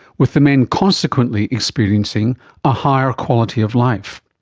with the men consequently experiencing a higher quality of life.